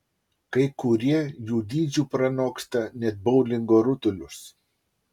kai kurie jų dydžiu pranoksta net boulingo rutulius